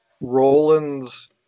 Roland's